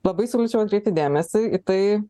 labai siūlyčiau atkreipti dėmesį į tai